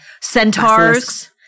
centaurs